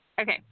Okay